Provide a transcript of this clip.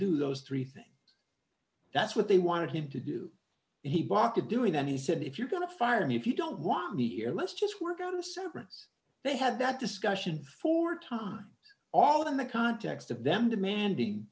do those three things that's what they wanted him to do he barked at doing that he said if you're going to fire me if you don't want me here let's just work out the sentence they had that discussion for time all in the context of them demanding